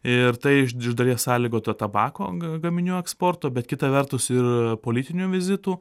ir tai iš dalies sąlygota tabako ga gaminių eksporto bet kita vertus ir politinių vizitų